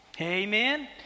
Amen